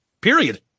period